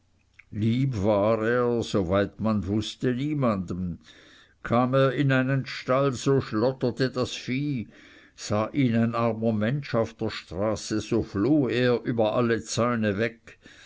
er so weit man wußte niemanden kam er in einen stall so schlotterte das vieh sah ihn ein armer mensch auf der straße so floh er über alle zäune weg